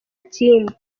kindi